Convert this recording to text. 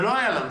זה לא היה לנו.